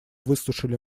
выслушали